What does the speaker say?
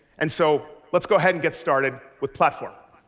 and so let's go ahead and get started with platform.